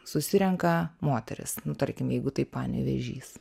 susirenka moterys nu tarkim jeigu tai panevėžys